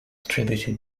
attributed